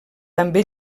també